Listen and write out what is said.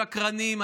שקרנים.